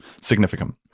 significant